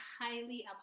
highly